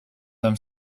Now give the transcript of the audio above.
them